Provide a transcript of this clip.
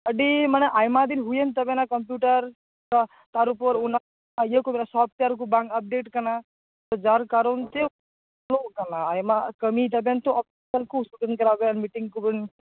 ᱟ ᱰᱤ ᱢᱟᱱᱮ ᱟᱭᱢᱟ ᱫᱤᱱ ᱦᱩᱭᱮᱱ ᱛᱟᱵᱮᱱᱟ ᱠᱚᱢᱯᱤᱭᱩᱴᱟᱨ ᱛᱚ ᱛᱟᱨ ᱩᱯᱚᱨ ᱚᱱᱟ ᱤᱭᱟᱹᱠᱚ ᱥᱚᱯᱷᱴᱚᱭᱟᱨ ᱠᱚ ᱵᱟᱝ ᱟᱯᱰᱮᱴ ᱠᱟᱱᱟ ᱡᱟᱨ ᱠᱟᱨᱚᱱ ᱛᱮ ᱞᱚᱜᱽ ᱠᱟᱱᱟ ᱟᱭᱢᱟ ᱠᱟᱹᱢᱤᱫᱟᱵᱮᱱ ᱛᱚ ᱩᱱᱠᱩᱥ ᱢᱤᱴᱤᱝ ᱠᱚᱵᱤᱱ